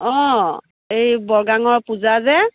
অঁ এই বৰগাঙৰ পূজা যে